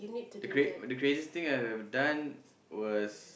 the crazy the craziest I've ever done was